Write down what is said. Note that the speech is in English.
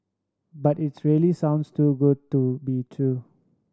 but it's really sounds too good to be true